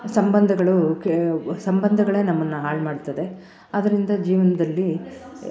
ಸಂಬಂಧಗಳು ಕೆ ಸಂಬಂಧಗಳೇ ನಮ್ಮನ್ನ ಹಾಳು ಮಾಡ್ತದೆ ಆದರಿಂದ ಜೀವನದಲ್ಲಿ